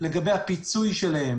לגבי הפיצוי שלהן